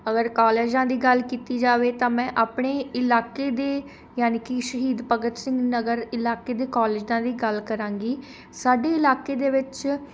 ਅਗਰ ਕੋਲਜਾਂ ਦੀ ਗੱਲ ਕੀਤੀ ਜਾਵੇ ਤਾਂ ਮੈਂ ਆਪਣੇ ਇਲਾਕੇ ਦੇ ਜਾਣੀ ਕਿ ਸ਼ਹੀਦ ਭਗਤ ਸਿੰਘ ਨਗਰ ਇਲਾਕੇ ਦੇ ਕੋਲਜਾਂ ਦੀ ਗੱਲ ਕਰਾਂਗੀ ਸਾਡੇ ਇਲਾਕੇ ਦੇ ਵਿੱਚ